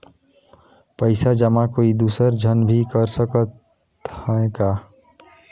पइसा जमा कोई दुसर झन भी कर सकत त ह का?